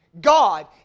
God